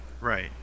Right